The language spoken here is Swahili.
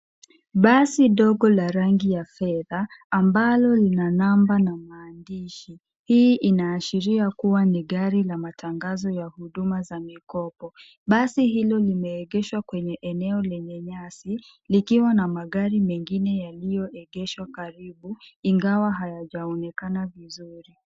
Basi dogo la rangi ya fedha ambalo lina namba na maandishi. Hii inaashiria kuwa ni gari la matangazo ya huduma za mikopo. Basi hilo limeegeshwa kwenye eneo lenye nyesi likiwa na magari mengine yaliyo egeshwa karibu ingawa hayajaonekana vizuri.